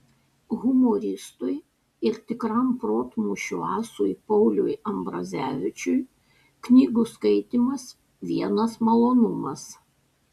humoristui ir tikram protmūšių asui pauliui ambrazevičiui knygų skaitymas vienas malonumas